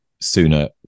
Sooner